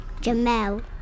Jamel